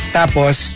tapos